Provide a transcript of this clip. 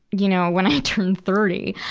you know, when i turned thirty,